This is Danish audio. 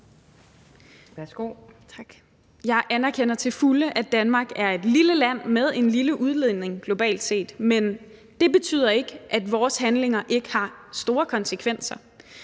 Jeg anerkender til fulde, at Danmark er et lille land med en lille udledning globalt set, men det betyder ikke, at vores handlinger ikke har store konsekvenser.